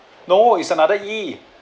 no it's a another E